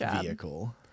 vehicle